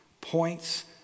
points